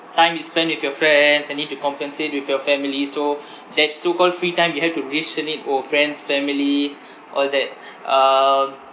time you spend with your friends and need to compensate with your family so that so called free time you have to ration it over friends family all that um